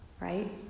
right